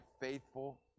faithful